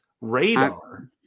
radar